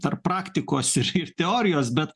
tarp praktikos ir ir teorijos bet